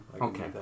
okay